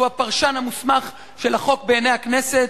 שהוא הפרשן המוסמך של החוק בעיני הכנסת,